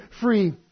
free